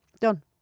done